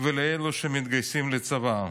ולאלה שמתגייסים לצבא.